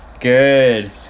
Good